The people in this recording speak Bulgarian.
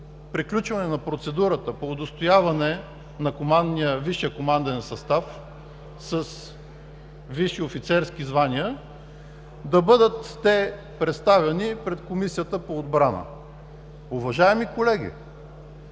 приключване на процедурата по удостояване на висшия команден състав с висши офицерски звания те да бъдат представени пред Комисията по отбрана. Уважаеми колеги,